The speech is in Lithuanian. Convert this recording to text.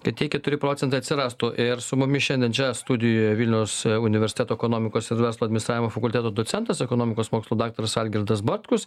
kad tie keturi procentai atsirastų ir su mumis šiandien čia studijoje vilniaus universiteto ekonomikos ir verslo administravimo fakulteto docentas ekonomikos mokslų daktaras algirdas bartkus